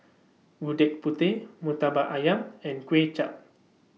Gudeg Putih Murtabak Ayam and Kuay Chap